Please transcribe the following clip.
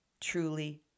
truly